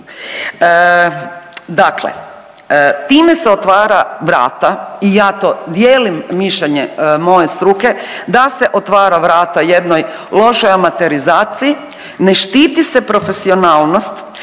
Dakle time se otvara vrata i ja to dijelim mišljenje moje struke da se otvara vrata jednoj lošoj amaterizaciji, ne štiti se profesionalnost